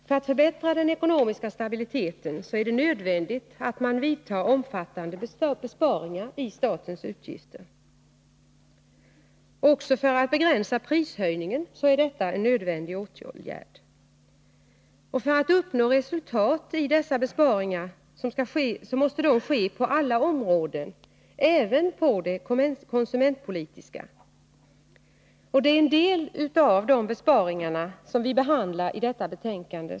För att förbättra den ekonomiska stabiliteten är det nödvändigt att man vidtar omfattande besparingar i statens utgifter. Också för att begränsa prishöjningar är detta en nödvändig åtgärd. För att uppnå resultat måste besparingar ske på alla områden även på det konsumentpolitiska. Det är en del av dessa besparingar vi behandlar i detta betänkande.